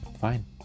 Fine